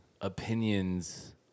opinions